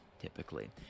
typically